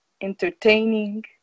entertaining